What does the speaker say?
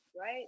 right